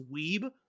weeb